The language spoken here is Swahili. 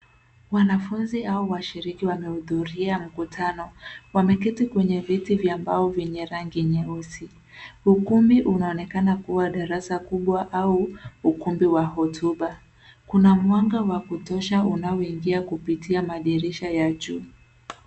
Wanafunzi au wa shiriki wa mewuhudhuria mkutano. Wameketi kwenye viti vya mbao vyenye rangi nyeusi. Ukumbi unaonekana kuwa darasa kubwa au ukumbi wa hotuba. Kuna mwanga wa kutosha, unaoingia kupitia madirisha ya juu.